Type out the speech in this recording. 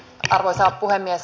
arvoisa puhemies